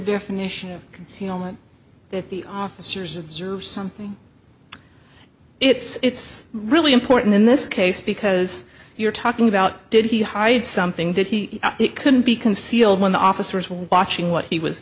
definition of concealment that the officers observe something it's really important in this case because you're talking about did he hide something did he it couldn't be concealed when the officers were watching what he was